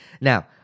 Now